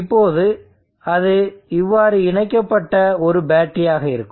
இப்போது அது இவ்வாறு இணைக்கப்பட்ட ஒரு பேட்டரியாக இருக்கும்